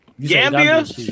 Gambia